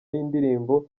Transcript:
y’indirimbo